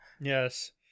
Yes